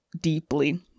deeply